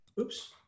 oops